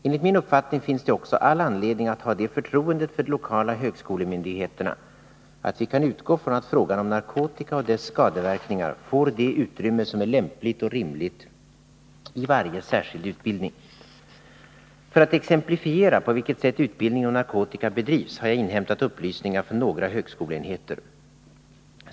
Enligt min uppfattning finns det också all anledning att ha det förtroendet för de lokala högskolemyndigheterna att vi kan utgå från att frågan om narkotika och dess skadeverkningar får det utrymme som är lämpligt och rimligt i varje särskild utbildning. För att exemplifiera på vilket sätt utbildningen om narkotika bedrivs, har jag inhämtat upplysningar från några högskoleenheter.